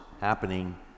happening